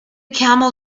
camel